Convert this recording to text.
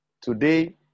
Today